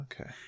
okay